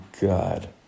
God